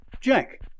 Jack